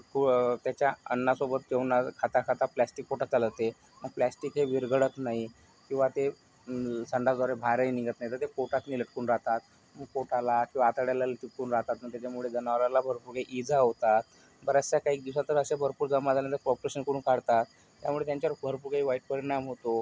व त्याच्या अन्नासोबत जेवण खाता खाता प्लास्टिक पोटात चालले जाते मग प्लास्टिक ते विरघळत नाही किंवा ते संडास द्वारे बाहेरही निघत नाही तर ते पोटात लटकून राहतात पोटाला किंवा आतड्याला चिपकून राहतात मग त्याच्यामुळे जनावराला भरपूर काही इजा होतात बराचशा काही दिवसातून अशा भरपूर जमा झालेल्या ऑपरेशन करून काढतात त्यामुळे त्यांच्यावर भरपूर वाईट परिणाम होतो